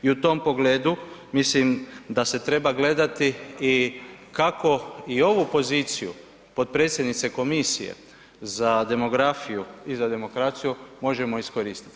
I u tom pogledu mislim da se treba gledati i kako i ovu poziciju potpredsjednice komisije za demografiju i za demokraciju možemo iskoristiti.